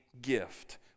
gift